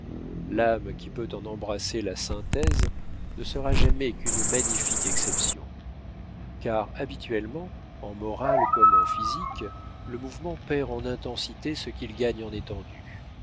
l'âme qui peut en embrasser la synthèse ne sera jamais qu'une magnifique exception car habituellement en morale comme en physique le mouvement perd en intensité ce qu'il gagne en étendue